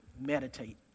Meditate